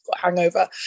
hangover